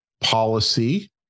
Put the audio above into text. policy